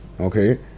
okay